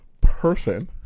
person